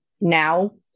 now